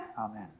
Amen